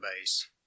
base